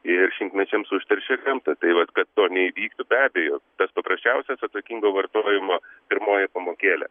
ir šimtmečiams užteršia krantą tai vat kad to neįvyktų be abejo pats paprasčiausias atsakingo vartojimo pirmoji pamokėlė